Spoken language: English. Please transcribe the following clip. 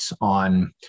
on